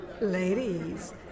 Ladies